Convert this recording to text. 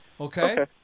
Okay